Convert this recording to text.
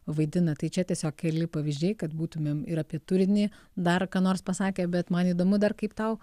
vaidina tai čia tiesiog keli pavyzdžiai kad būtumėm ir apie turinį dar ką nors pasakę bet man įdomu dar kaip tau